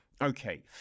okay